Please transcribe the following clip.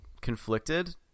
conflicted